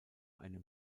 einem